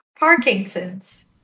Parkinsons